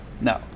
no